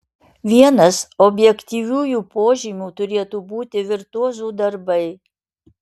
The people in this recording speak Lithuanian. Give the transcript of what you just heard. vienas objektyviųjų požymių turėtų būti virtuozų darbai